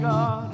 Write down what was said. God